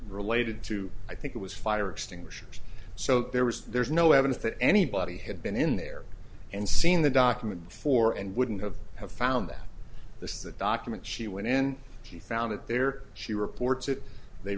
related to i think it was fire extinguishers so there was there's no evidence that anybody had been in there and seen the document before and wouldn't have have found that this is the document she when she found it there she reports it they